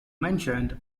mentioned